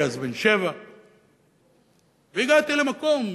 הייתי אז בן שבע והגעתי למקום.